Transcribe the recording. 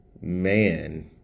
man